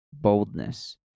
boldness